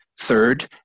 third